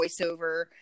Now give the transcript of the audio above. voiceover